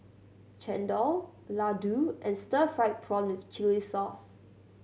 chendol laddu and stir fried prawn with chili sauce